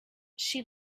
she